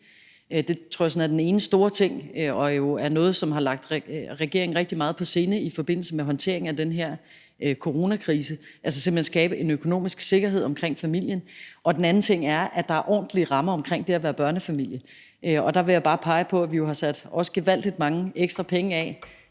Det tror jeg sådan er den ene store ting, og det er jo noget, som har ligget regeringen rigtig meget på sinde i forbindelse med håndteringen af den her coronakrise, altså simpelt hen skabe en økonomisk sikkerhed omkring familien. Den anden ting er, at der er ordentlige rammer omkring det at være børnefamilie. Og der vil jeg bare pege på, at vi jo har sat også gevaldigt mange ekstra penge af